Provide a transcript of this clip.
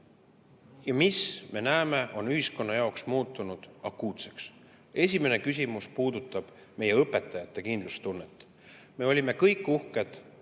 ja mis, me näeme, on ühiskonna jaoks muutunud akuutseks. Esimene küsimus puudutab meie õpetajate kindlustunnet. Me olime kõik uhked